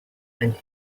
and